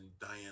Diane